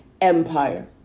Empire